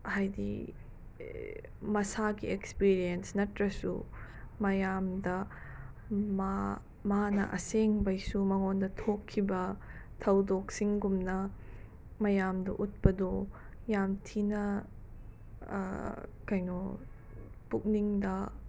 ꯍꯥꯏꯗꯤ ꯃꯁꯥꯒꯤ ꯑꯦꯛꯁꯄꯤꯔꯤꯌꯦꯟꯁ ꯅꯠꯇ꯭ꯔꯁꯨ ꯃꯌꯥꯝꯗ ꯃꯥ ꯃꯥꯅ ꯑꯁꯦꯡꯕꯩꯁꯨ ꯃꯉꯣꯟꯗ ꯊꯣꯛꯈꯤꯕ ꯊꯧꯗꯣꯛꯁꯤꯡꯒꯨꯝꯅ ꯃꯌꯥꯝꯗ ꯎꯠꯄꯗꯣ ꯌꯥꯝ ꯊꯤꯅ ꯀꯩꯅꯣ ꯄꯨꯛꯅꯤꯡꯗ